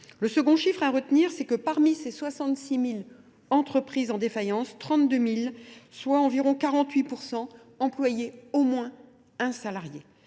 Le second chiffre à retenir, c'est que parmi ces 66 000 entreprises en défaillance, 32 000, soit environ 48 % employés au moins un salarié.